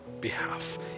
behalf